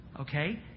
okay